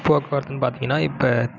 போக்குவரத்துனு பார்த்தீங்கனா இப்போ